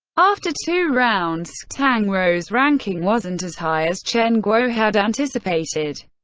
after two rounds, tang rou's ranking wasn't as high as chen guo had anticipated.